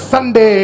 Sunday